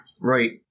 Right